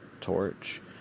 torch